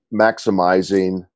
maximizing